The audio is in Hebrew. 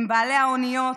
הם בעלי האוניות,